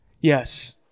yes